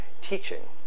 teaching